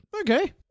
okay